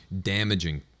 damaging